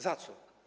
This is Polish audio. Za co?